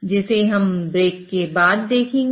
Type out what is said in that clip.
जिसे हम ब्रेक के बाद देखेंगे